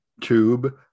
tube